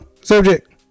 subject